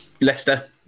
Leicester